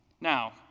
Now